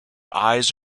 eyes